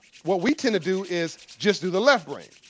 what we tend to do is just do the left brain.